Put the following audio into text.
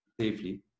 safely